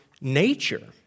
nature